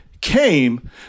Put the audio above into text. came